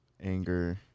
anger